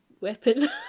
weapon